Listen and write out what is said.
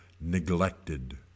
Neglected